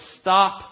stop